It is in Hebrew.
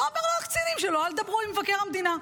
אומר לקצינים שלו אל תדברו עם מבקר המדינה.